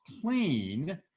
clean